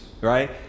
right